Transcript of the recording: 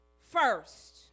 first